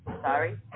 sorry